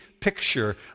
picture